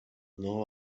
know